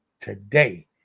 today